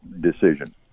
decision